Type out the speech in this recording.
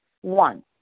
One